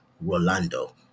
Rolando